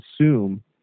assume